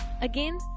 Again